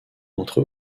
entre